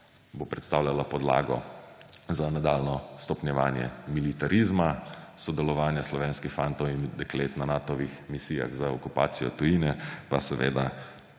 bo predstavljala podlago za nadaljnje stopnjevanje militarizma, sodelovanja slovenskih fantov in deklet na Natovih misijah za okupacijo tujine, pa seveda